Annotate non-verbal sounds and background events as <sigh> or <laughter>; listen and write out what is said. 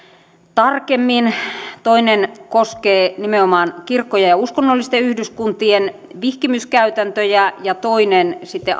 tarkemmin toinen koskee nimenomaan kirkkojen ja uskonnollisten yhdyskuntien vihkimyskäytäntöjä ja toinen sitten <unintelligible>